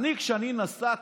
אני בטוח שלא,